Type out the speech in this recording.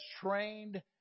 trained